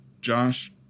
Josh